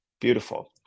Beautiful